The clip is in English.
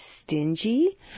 stingy